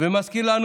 ומזכיר לנו,